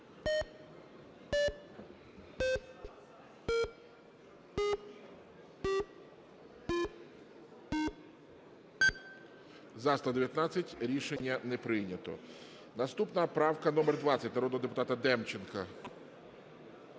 За-120 Рішення не прийнято. Наступна правка номер 41, народного депутата Осадчука.